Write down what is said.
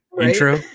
intro